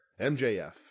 MJF